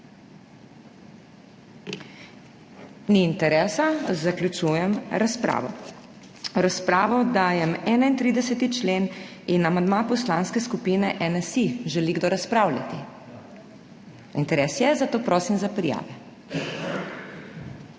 Ni interesa. Zaključujem razpravo. V razpravo dajem 31. člen in amandma Poslanske skupine NSi. Želi kdo razpravljati? (Da.) Interes je, zato prosim za prijave.